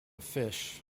fish